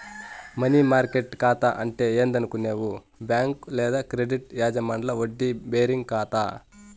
money market కాతా అంటే ఏందనుకునేవు బ్యాంక్ లేదా క్రెడిట్ యూనియన్ల వడ్డీ బేరింగ్ కాతా